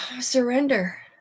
surrender